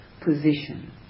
position